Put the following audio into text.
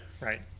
right